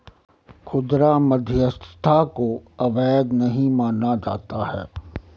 खुदरा मध्यस्थता को अवैध नहीं माना जाता है